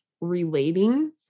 relating